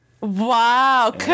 Wow